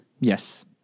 Yes